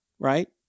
Right